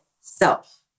self